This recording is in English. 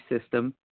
system